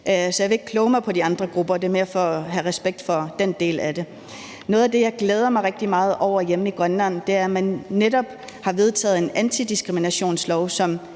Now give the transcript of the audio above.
Så jeg vil ikke kloge mig på de andre grupper, og det er mere for at have respekt for den del af det. Noget af det, jeg glæder mig rigtig meget over hjemme i Grønland, er, at man netop har vedtaget end antidiskriminationslov, som